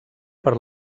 per